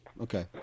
Okay